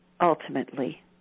ultimately